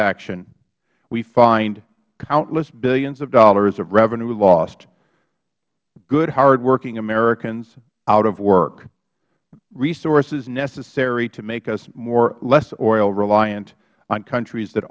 action we find countless billions of dollars of revenue lost good hardworking americans out of work resources necessary to make us less oilreliant on countries that